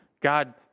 God